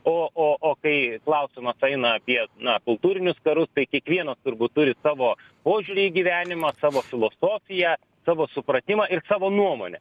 o o o kai klausimas eina apie na kultūrinius karus tai kiekvienas turbūt turi savo požiūrį į gyvenimą savo filosofiją savo supratimą ir savo nuomonę